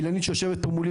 אילנית שיושבת פה מולי,